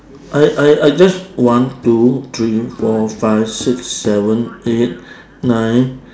I I I just one two three four five six seven eight nine